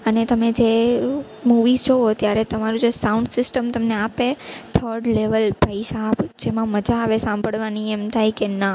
અને તમે જે મુવીઝ જોવો ત્યારે તમારું જે સાઉન્ડ સિસ્ટમ તમને આપે એ થર્ડ લેવલ ભાઈસાબ જેમાં મજા આવે સાંભળવાની એમ થાય કે ના